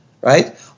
right